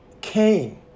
Cain